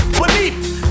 beneath